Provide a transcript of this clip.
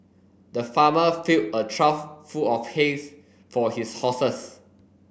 the farmer filled a trough full of hay for his horses